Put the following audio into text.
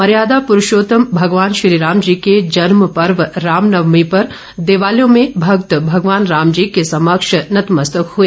मर्यादा प्रुषोत्तम भगवान श्री राम जी के जन्म पर्व रामनवमी पर देवालयों में भक्त भगवान राम जी के समक्ष नतमस्तक हए